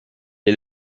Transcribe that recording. est